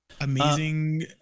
amazing